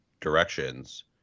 directions